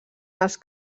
els